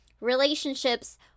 relationships